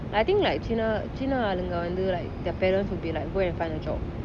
I think like சின்ன சின்ன ஆளுங்க வந்து:chinna chinna aalunga vanthu like their parents would be like go and find a job